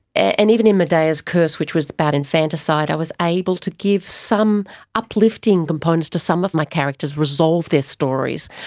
and even in medea's curse, which was about infanticide, i was able to give some uplifting components to some of my characters, resolve their stories.